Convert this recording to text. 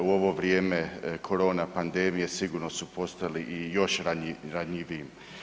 U ovo vrijeme korona pandemije sigurno su postali i još ranjiviji.